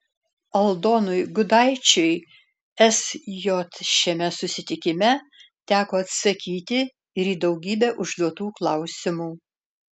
aldonui gudaičiui sj šiame susitikime teko atsakyti ir į daugybę užduotų klausimų